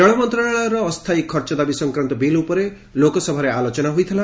ରେଳ ମନ୍ତ୍ରଶାଳୟର ଅସ୍ଥାୟୀ ଖର୍ଚ୍ଚଦାବୀ ସଂକ୍ରାନ୍ତ ବିଲ୍ ଉପରେ ଲୋକସଭାରେ ଆଲୋଚନା ହୋଇଥିଲା